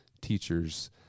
teachers